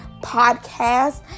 podcast